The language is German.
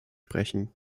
sprechen